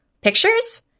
Pictures